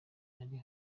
ari